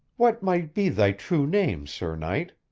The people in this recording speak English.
what might be thy true name, sir knight?